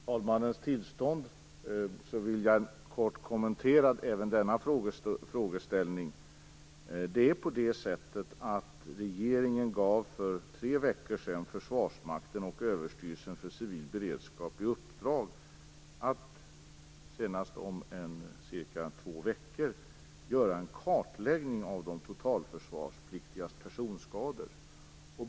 Herr talman! Med talmannens tillstånd vill jag kort kommentera även denna frågeställning. Regeringen gav för tre veckor sedan Försvarsmakten och Överstyrelsen för civil beredskap i uppdrag att senast om cirka två veckor göra en kartläggning av de totalförsvarspliktigas personskador.